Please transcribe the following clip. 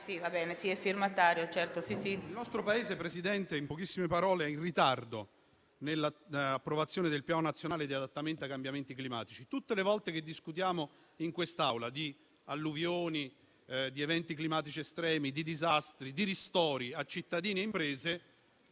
Signor Presidente, in poche parole, il nostro Paese è in ritardo nell'approvazione del Piano nazionale di adattamento ai cambiamenti climatici. Tutte le volte che discutiamo in quest'Aula di alluvioni, di eventi climatici estremi, di disastri e di ristori a cittadini e imprese